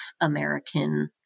American